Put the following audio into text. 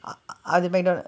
அது:athu McDonald's